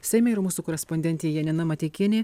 seime ir mūsų korespondentė janina mateikienė